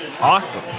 Awesome